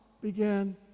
began